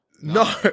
No